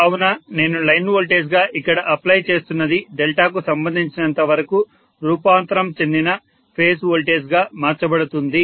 కావున నేను line voltage గా ఇక్కడ అప్లై చేస్తున్నది డెల్టా కు సంబంధించినంతవరకు రూపాంతరం చెందిన ఫేజ్ వోల్టేజ్ గా మార్చబడుతుంది